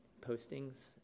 postings